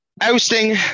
ousting